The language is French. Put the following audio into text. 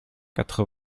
quatre